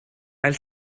ail